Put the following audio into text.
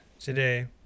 today